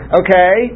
okay